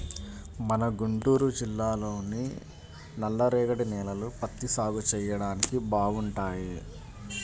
మన గుంటూరు జిల్లాలోని నల్లరేగడి నేలలు పత్తి సాగు చెయ్యడానికి బాగుంటాయి